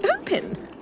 open